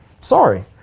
Sorry